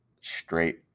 straight